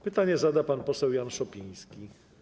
Pytanie zada pan poseł Jan Szopiński.